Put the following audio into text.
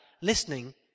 listening